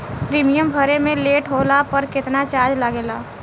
Premium भरे मे late होला पर केतना चार्ज लागेला?